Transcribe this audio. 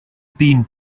been